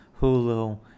Hulu